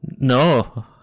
No